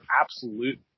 absolute